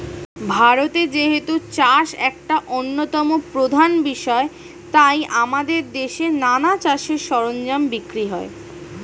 ভারতে যেহেতু চাষ একটা অন্যতম প্রধান বিষয় তাই আমাদের দেশে নানা চাষের সরঞ্জাম বিক্রি হয়